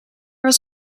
was